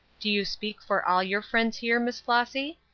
do you speak for all your friends here, miss flossy?